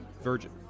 Virgin